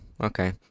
okay